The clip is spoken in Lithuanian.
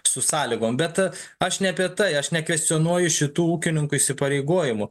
su sąlygom bet aš ne apie tai aš nekvestionuoju šitų ūkininkų įsipareigojimų